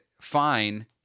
fine